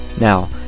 Now